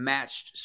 Matched